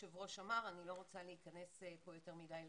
אמר, אני לא רוצה להיכנס פה יותר מדי לפרטים,